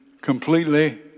completely